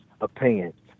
opinion